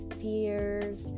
fears